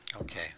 okay